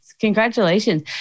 congratulations